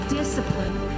discipline